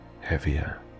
heavier